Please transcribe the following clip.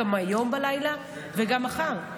גם היום בלילה וגם מחר.